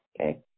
okay